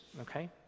okay